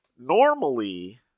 normally